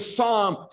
Psalm